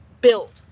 build